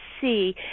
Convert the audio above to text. see